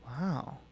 Wow